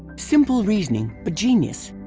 simple reasoning, but genius.